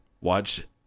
Watch